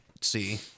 see